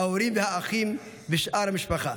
ההורים והאחים ושאר המשפחה,